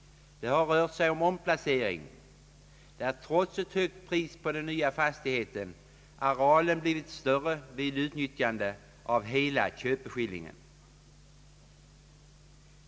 Det har rört sig om omplacering, där trots ett högt pris på den nya fastigheten arealen blivit större vid utnyttjande av hela köpeskillingen.